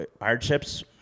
hardships